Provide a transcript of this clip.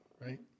right